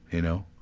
you know?